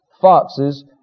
foxes